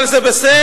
אבל זה בסדר,